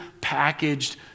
packaged